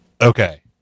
Okay